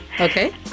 Okay